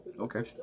okay